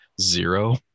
zero